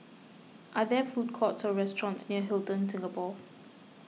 are there food courts or restaurants near Hilton Singapore